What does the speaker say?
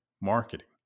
marketing